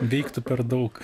veiktų per daug